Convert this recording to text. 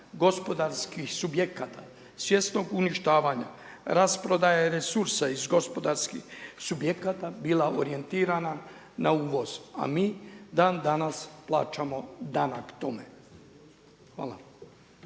gospodarskih subjekata svjesnog uništavanja, rasprodaje resursa iz gospodarskih subjekata bila orijentirana na uvoz, a mi dan danas plaćamo danak tome. Hvala.